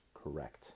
Correct